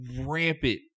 rampant